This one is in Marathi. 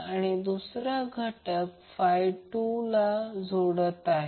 आणि दुसऱ्या घटक 12 दुसऱ्या कॉइलला जोडत आहे